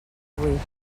vuit